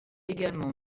également